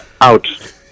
out